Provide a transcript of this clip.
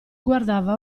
guardava